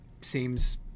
seems